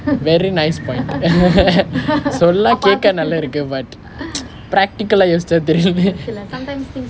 very nice point சொல்ல கேட்க நல்லா இருக்கு:solla kaetka nallaa irukku but practical ah யோசிச்சா தெரியில்லே:yosicha theryillae